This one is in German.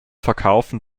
verkaufen